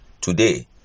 Today